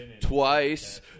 twice